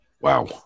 Wow